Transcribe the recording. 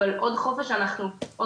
אבל עוד חודש אנחנו בחופש,